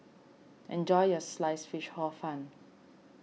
enjoy your Sliced Fish Hor Fun